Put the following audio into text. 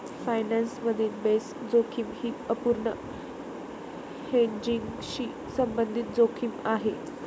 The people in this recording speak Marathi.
फायनान्स मधील बेस जोखीम ही अपूर्ण हेजिंगशी संबंधित जोखीम आहे